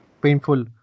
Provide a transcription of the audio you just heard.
painful